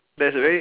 there's a very